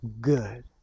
good